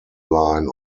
line